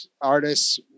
artists